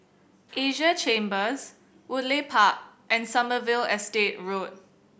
Asia Chambers Woodleigh Park and Sommerville Estate Road